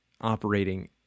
operating